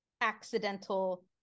accidental